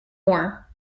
war